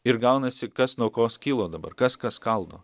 ir gaunasi kas nuo ko skilo dabar kas ką skaldo